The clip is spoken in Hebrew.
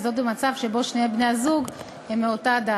וזאת במצב שבו שני בני-הזוג הם מאותה דת.